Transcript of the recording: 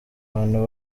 abantu